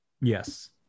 Yes